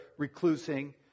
reclusing